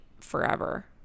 forever